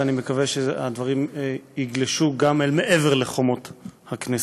ואני מקווה שהדברים יגלשו גם אל מעבר לחומות הכנסת.